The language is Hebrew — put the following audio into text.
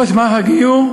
ראש מערך הגיור,